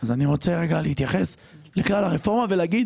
אני רוצה להתייחס לכלל הרפורמה ולהגיד